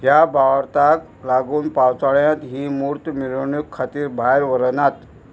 ह्या भावर्थाक लागून पावसाळ्यांत ही मुर्त मिरवणूके खातीर भायर व्हरनात